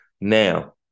Now